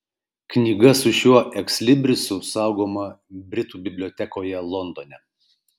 knyga su šiuo ekslibrisu saugoma britų bibliotekoje londone